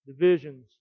Divisions